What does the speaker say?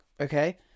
Okay